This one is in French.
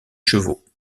chevaux